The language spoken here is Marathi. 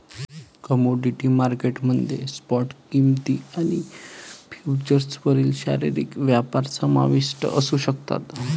कमोडिटी मार्केट मध्ये स्पॉट किंमती आणि फ्युचर्सवरील शारीरिक व्यापार समाविष्ट असू शकतात